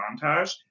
montage